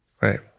right